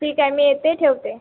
ठीक आहे मी येते ठेवते